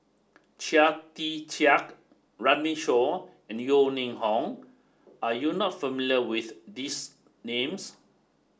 Chia Tee Chiak Runme Shaw and Yeo Ning Hong are you not familiar with these names